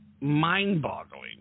mind-boggling